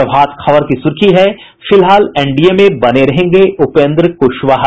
प्रभात खबर की सुर्खी है फिलहाल एनडीए में बने रहेंगे उपेन्द्र कुशवाहा